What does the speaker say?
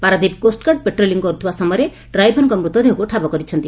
Paradip coast guard patrolling କରୁଥିବା ସମୟରେ ଡ୍ରାଇଭରଙ୍କ ମୃତଦେହକୁ ଠାବ କରିଛନ୍ତି